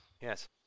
Yes